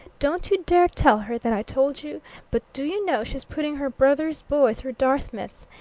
don't you dare tell her that i told you but do you know she's putting her brother's boy through dartmouth?